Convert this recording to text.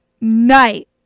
night